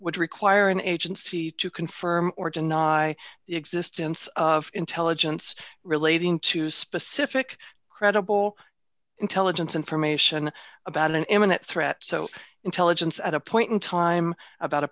would require an agency to confirm or deny the existence of intelligence relating to specific credible intelligence information about an imminent threat so intelligence at a point in time about a